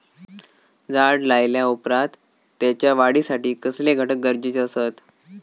झाड लायल्या ओप्रात त्याच्या वाढीसाठी कसले घटक गरजेचे असत?